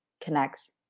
connects